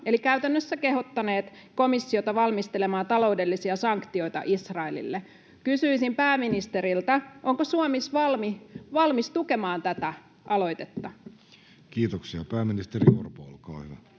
eli käytännössä kehottaneet komissiota valmistelemaan taloudellisia sanktioita Israelille. Kysyisin pääministeriltä: onko Suomi valmis tukemaan tätä aloitetta? [Sanna Antikainen: